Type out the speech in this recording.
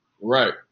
Right